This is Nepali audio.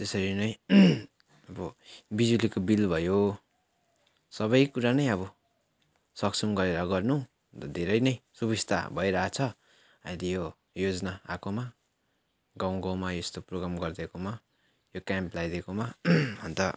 त्यसरी नै अब बिजुलीको बिल भयो सबै कुरा नै अब सक्छौँ गएर गर्नु अन्त धेरै नै सुविस्ता भइरहेको छ अहिले यो योजना आएकोमा गाउँ गाउँमा यस्तो प्रोगाम गरिदिएकोमा यो क्याम्प लगाइदिएकोमा अन्त